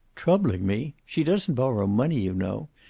troubling me! she doesn't borrow money, you know.